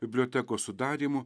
bibliotekos sudarymu